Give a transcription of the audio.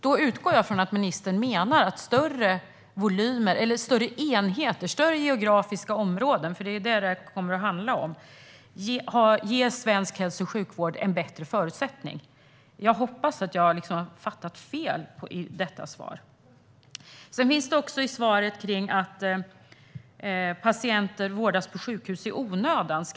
Då utgår jag från att ministern menar att större geografiska områden ger svensk hälso och sjukvård en bättre förutsättning. Jag hoppas att jag har uppfattat ministerns svar fel. Ministern talar även om att patienter vårdas på sjukhus i onödan.